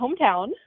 hometown